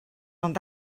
ond